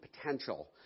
potential